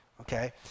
okay